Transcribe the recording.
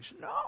No